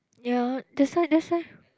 ya that's why that's why